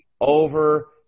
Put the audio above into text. over